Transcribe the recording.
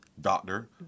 Doctor